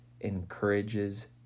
encourages